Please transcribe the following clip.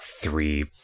three